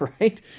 right